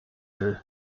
veut